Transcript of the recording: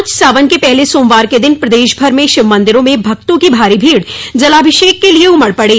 आज सावन के पहले सोमवार के दिन प्रदेश भर में शिव मंदिरों में भक्तों की भारी भीड़ जलाभिषेक के लिए उमड़ पड़ी